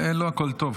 לא הכול טוב,